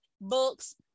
books